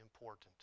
important